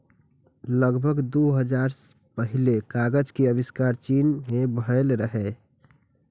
लगभग दू हजार साल पहिने कागज के आविष्कार चीन मे भेल रहै